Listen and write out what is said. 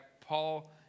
Paul